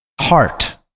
heart